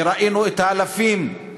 וראינו את האלפים,